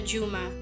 Juma